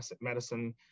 medicine